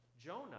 Jonah